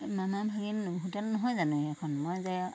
মামা ভাগিন হোটেল নহয় জানো এইখন মই যে